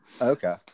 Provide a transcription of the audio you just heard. Okay